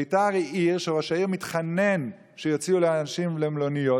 בית"ר היא עיר שבה ראש העיר מתחנן שיוציאו אנשים למלוניות,